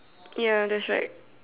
ya that's right